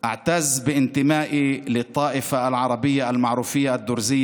(אומר דברים בשפה הערבית, להלן תרגומם: